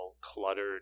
cluttered